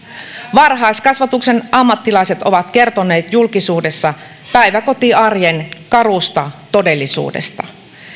varhaiskasvatuksen ammattilaiset ovat kertoneet julkisuudessa päiväkotiarjen karusta todellisuudesta